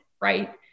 right